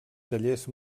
tallers